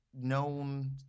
known